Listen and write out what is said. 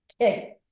Okay